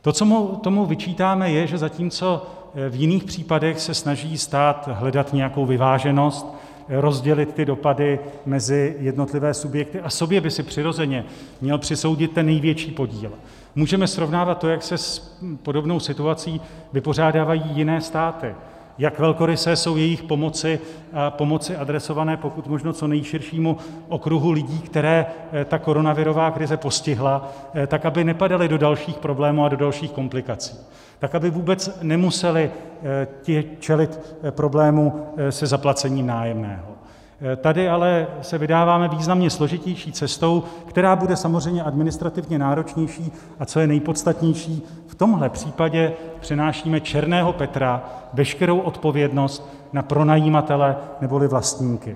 To, co tomu vyčítáme, je, že zatímco v jiných případech se snaží stát hledat nějakou vyváženost, rozdělit ty dopady mezi jednotlivé subjekty, a sobě by si přirozeně měl přisoudit ten největší podíl můžeme srovnávat to, jak se s podobnou situací vypořádávají jiné státy, jak velkorysé jsou jejich pomoci adresované pokud možno co nejširšímu okruhu lidí, které ta koronavirová krize postihla, tak aby nepadali do dalších problémů a do dalších komplikací, tak aby vůbec nemuseli čelit problému se zaplacením nájemného , tady se ale vydáváme významně složitější cestou, která bude samozřejmě administrativně náročnější, a co je nejpodstatnější, v tomto případě přenášíme černého Petra, veškerou odpovědnost na pronajímatele neboli vlastníky.